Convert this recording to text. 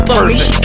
person